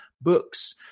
books